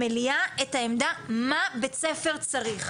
למליאה את העמדה מה בית-בספר צריך.